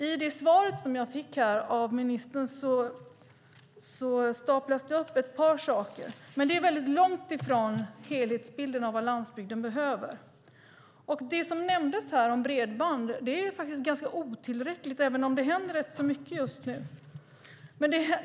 I det svar jag fick av ministern staplas ett par saker upp, men det är väldigt långt ifrån helhetsbilden av vad landsbygden behöver. Det som nämndes om bredband är ganska otillräckligt, även om det händer rätt mycket just nu.